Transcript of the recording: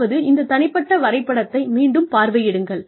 அதாவது இந்த தனிப்பட்ட வரைபடத்தை மீண்டும் பார்வையிடுங்கள்